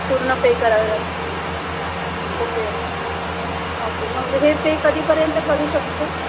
पूर्ण पे करावं लागतं ओके ओके मग हे पे कधीपर्यंत करू शकतो